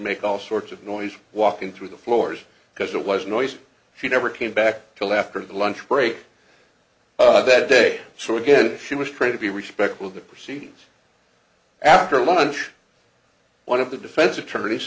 make all sorts of noise walking through the floors because it was noisy she never came back till after the lunch break that day so again she was trying to be respectful of the proceedings after launch one of the defense attorneys